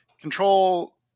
control